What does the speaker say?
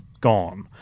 gone